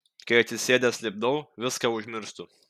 kai atsisėdęs lipdau viską užmirštu